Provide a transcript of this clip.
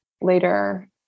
later